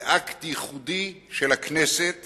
באקט ייחודי של הכנסת